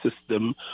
system